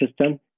system